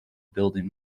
building